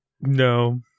No